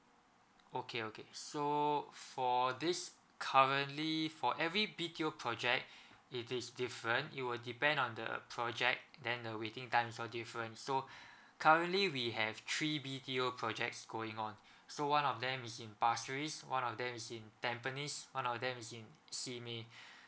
okay okay so for this currently for every B_T_O project it is different it will depend on the project then the waiting time also different so currently we have three B_T_O projects going on so one of them is in pasir ris one of them is in tampines one of them is in seamay